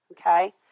Okay